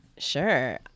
Sure